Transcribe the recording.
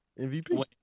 MVP